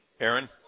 Aaron